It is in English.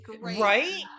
right